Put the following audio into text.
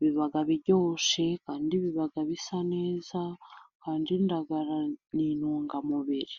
biba biryoshe, kandi biba bisa neza, kandi indagara ni intungamubiri.